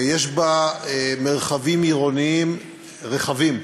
יש בה מרחבים עירוניים רחבים.